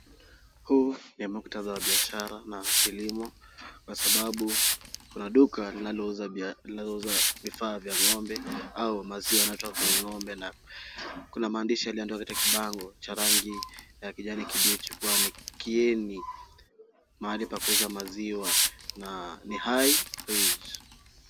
Huu ni mukthadha wa biashara na kilimo kwa sababu kuna duka linalouza vifaa vya ng'ombe au maziwa anatoa kwenye ng'ombe na kuna maandishi yaliyoandikwa katika kibango cha rangi ya kijani kibichi kuwa ni Kieni mahali pa kuuza maziwa na ni High Bridge .